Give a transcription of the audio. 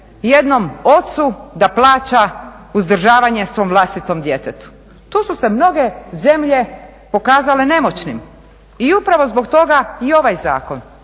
jednom ocu da plaća uzdržavanje svom vlastitom djetetu. Tu su se mnoge zemlje pokazale nemoćnim i upravo zbog toga je i ovaj zakon.